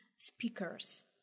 Speakers